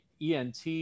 ENT